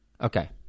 Okay